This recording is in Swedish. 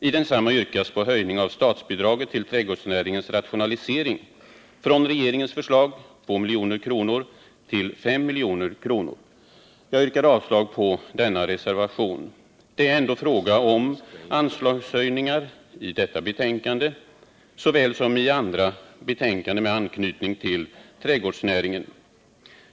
I densamma yrkas på höjning av statsbidraget till trädgårdsnäringens rationalisering från regeringens förslag 2 milj.kr. till 5 milj.kr. Jag yrkar avslag på denna reservation. Det är ändå fråga om anslagshöjningar i detta betänkande såväl som i andra betänkanden med anknytning till trädgårdsnäringen.